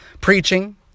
preaching